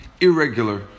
irregular